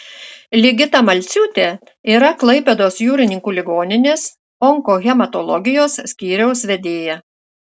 ligita malciūtė yra klaipėdos jūrininkų ligoninės onkohematologijos skyriaus vedėja